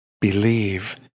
believe